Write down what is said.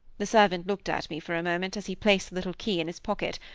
the servant looked at me for a moment, as he placed the little key in his pocket,